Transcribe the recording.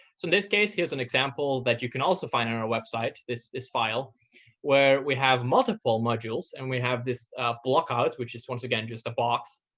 so in this case, here's an example that you can also find on our website this this file where we have multiple modules. and we have this block out, which is once again just a box.